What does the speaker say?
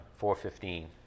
4.15